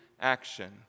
action